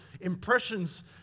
impressions